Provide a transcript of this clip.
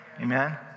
Amen